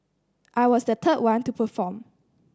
I was the third one to perform